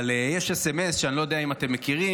אבל יש סמ"ס שאני לא יודע אם אתם מכירים,